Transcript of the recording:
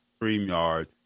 StreamYard